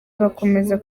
bakomeza